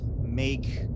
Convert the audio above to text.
make